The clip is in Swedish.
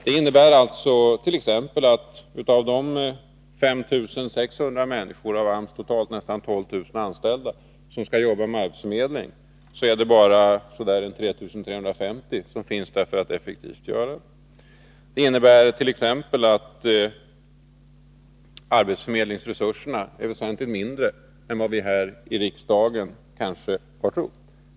Det innebär t.ex. att av 5 600 människor, av AMS totalt nästan 12 000 anställda, som skall arbeta med arbetsförmedling är det bara ungefär 3 350 som finns på plats för att effektivt utföra arbetet. Det innebär bl.a. att arbetsförmedlingsresurserna är väsentligt mindre än vad vi här i riksdagen har trott.